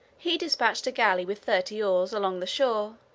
he dispatched a galley with thirty oars along the shore,